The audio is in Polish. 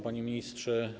Panie Ministrze!